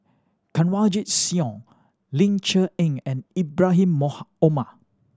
Kanwaljit Soin Ling Cher Eng and Ibrahim Omar